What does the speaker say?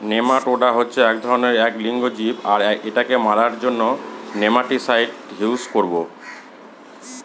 nematoda হচ্ছে এক ধরনের এক লিঙ্গ জীব আর এটাকে মারার জন্য নেমাটিসাইড ইউস করবো